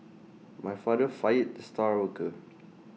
my father fired the star worker